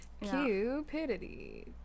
Cupidity